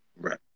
right